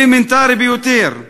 אלמנטרי ביותר.